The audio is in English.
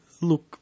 look